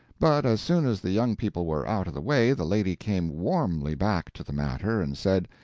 but as soon as the young people were out of the way, the lady came warmly back to the matter and said,